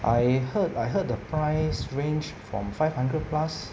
I heard I heard the price range from five hundred plus